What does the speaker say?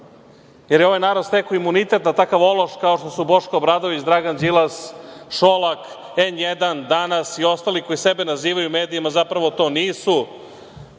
jer je ovaj narod stekao imunitet na takav ološ kao što su Boško Obradović, Dragan Đilas, Šolak, N1, „Danas“ i ostali koji sebe nazivaju medijima, a zapravo to nisu.